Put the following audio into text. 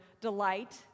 delight